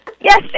Yes